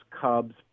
cubs